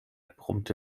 brummte